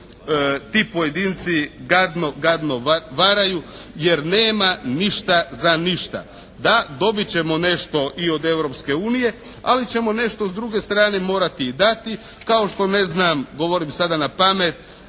ti pojedinci gadno, gadno varaju, jer nema ništa za ništa. Da, dobit ćemo nešto i od Europske unije, ali ćemo nešto s druge strane morati i dati. Kao što, ne znam, govorim sada na pamet,